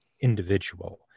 individual